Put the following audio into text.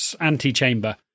antechamber